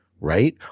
Right